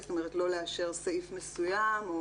זאת אומרת לא לאשר סעיף מסוים.